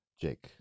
Jake